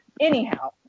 anyhow